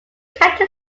county